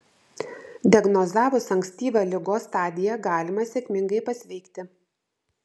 diagnozavus ankstyvą ligos stadiją galima sėkmingai pasveikti